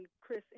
Chris